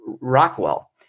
Rockwell